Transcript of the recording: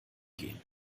gehen